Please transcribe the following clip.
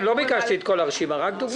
לא ביקשתי את כל הרשימה, רק דוגמה.